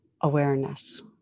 awareness